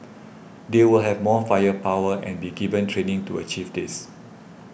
they will have more firepower and be given training to achieve this